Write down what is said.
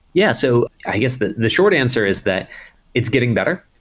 yeah. so i guess the the short answer is that it's getting better.